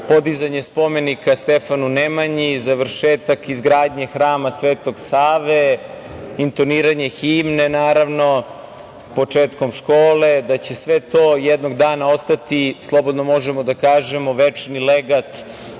podizanje spomenika Stefanu Nemanji, završetak izgradnje Hrama Svetog Save, intoniranje himne početkom škole, da će sve to jednog dana ostati, slobodno možemo da kažemo večni legat